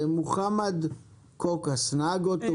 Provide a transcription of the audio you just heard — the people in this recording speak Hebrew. מוחמד קוקס, נהג אוטובוס.